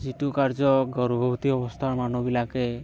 যিটো কাৰ্য গৰ্ভৱতী অৱস্থাৰ মানুহবিলাকে